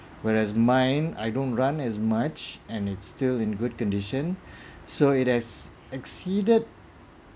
where as mine I don't run as much and it's still in good condition so it has exceeded